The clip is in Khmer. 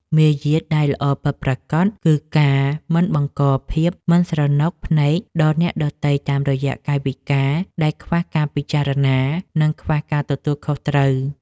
មារយាទដែលល្អពិតប្រាកដគឺការមិនបង្កភាពមិនស្រណុកភ្នែកដល់អ្នកដទៃតាមរយៈកាយវិការដែលខ្វះការពិចារណានិងខ្វះការទទួលខុសត្រូវ។